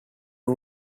two